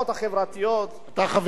אתה חבר בוועדת כספים.